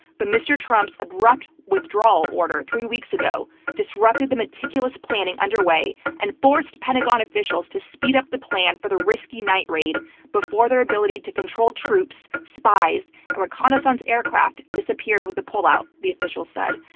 but mr. trump's abrupt withdrawal order three weeks ago disrupted the meticulous planning underway and forced pentagon officials to speed up the plan for the risky night raid before their ability to control troops, spies and reconnaissance aircraft disappeared with the pull-out, the officials said.